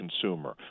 consumer